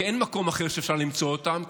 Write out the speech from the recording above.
כי אין מקום אחר שאפשר למצוא אותם.